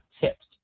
tips